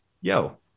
yo